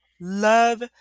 Love